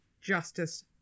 justice